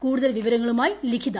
കൂടുതൽ വിവരങ്ങളുമായി ലിഖിത